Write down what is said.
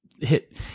hit